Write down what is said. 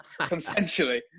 consensually